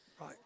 Right